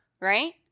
right